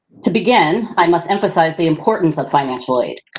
to begin, i must emphasize the importance of financial aid.